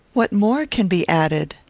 what more can be added?